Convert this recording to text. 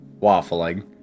waffling